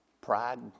Pride